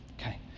okay